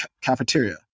cafeteria